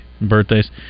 birthdays